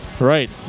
Right